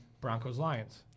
Broncos-Lions